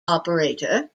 operator